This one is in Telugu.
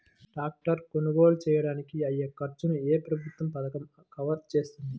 ట్రాక్టర్ కొనుగోలు చేయడానికి అయ్యే ఖర్చును ఏ ప్రభుత్వ పథకం కవర్ చేస్తుంది?